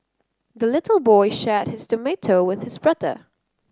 the little boy shared his tomato with his brother